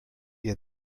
ihr